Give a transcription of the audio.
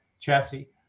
chassis